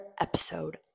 episode